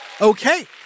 Okay